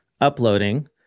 uploading